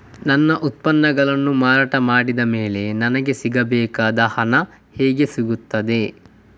ನನ್ನ ಉತ್ಪನ್ನಗಳನ್ನು ಮಾರಾಟ ಮಾಡಿದ ಮೇಲೆ ನನಗೆ ಸಿಗಬೇಕಾದ ಹಣ ಹೇಗೆ ಸಿಗುತ್ತದೆ?